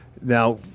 Now